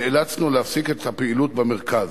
נאלצנו להפסיק את הפעילות במרכז.